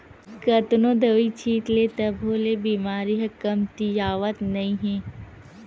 कतनो दवई छित ले तभो ले बेमारी ह कमतियावत नइ हे